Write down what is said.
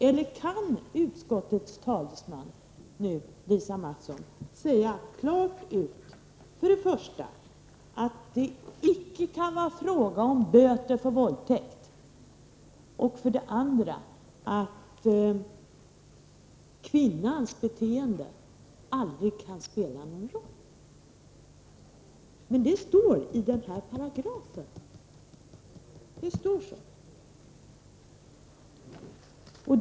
Eller kan utskottets talesman Lisa Mattson för det första säga klart ut att det icke kan bli fråga om enbart böter för våldtäkt och för det andra att kvinnans beteende aldrig skall spela någon roll vid bedömningen av straffet? Så står det faktiskt i den här paragrafen.